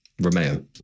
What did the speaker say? Romeo